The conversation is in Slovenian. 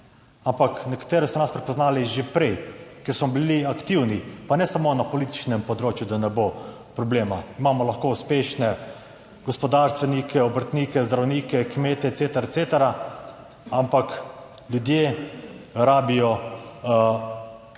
Ampak nekateri so nas prepoznali že prej, ker smo bili aktivni, pa ne samo na političnem področju, da ne bo problema. Imamo lahko uspešne gospodarstvenike, obrtnike, zdravnike, kmete ecetera, ampak ljudje rabijo